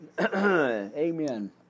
Amen